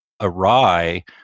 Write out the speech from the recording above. awry